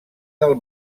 del